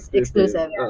exclusive